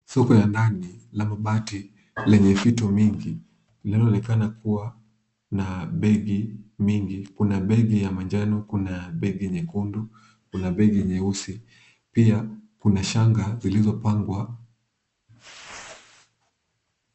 Soko ya ndani la mabati, lenye fito nyingi linaloonekana kuwa na begi nyingi, kuna begi ya manjano kuna begi nyekundu, kuna begi nyeusi, pia kuna shanga zilizopangwa.